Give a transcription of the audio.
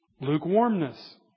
lukewarmness